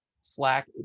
Slack